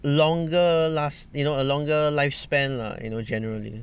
longer last you know a longer lifespan lah you know generally